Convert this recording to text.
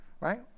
right